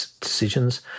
decisions